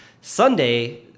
Sunday